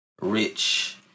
Rich